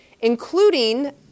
including